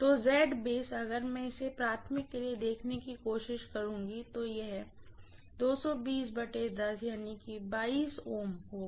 तो अगर मैं इसे प्राइमरी के लिए देखने की कोशिश करुँगी तो यह होगा